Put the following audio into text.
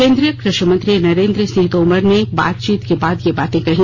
केंद्रीय कृषि मंत्री नरेंद्र सिंह तोमर ने बातचीत के बाद ये बात कही